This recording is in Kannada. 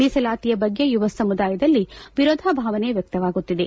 ಮೀಸಲಾತಿಯ ಬಗ್ಗೆ ಯುವ ಸಮುದಾಯದಲ್ಲಿ ವಿರೋಧಾಭಾವನೆ ವ್ಯಕ್ತವಾಗುತ್ತಿದೆ